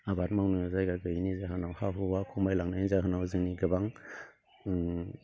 आबाद मावनो जायगा गैयिनि जाहोनाव हा हुआ खमायलांनायनि जाहोनाव जोंनि गोबां